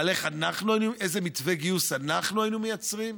איזה מתווה גיוס אנחנו היינו מייצרים,